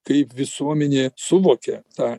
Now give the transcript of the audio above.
kaip visuomenė suvokia tą